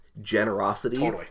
generosity